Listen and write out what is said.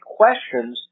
questions